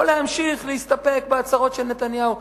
או להמשיך להסתפק בהצהרות של נתניהו,